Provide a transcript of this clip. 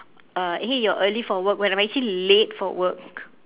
uh hey you're early for work when I'm actually late for work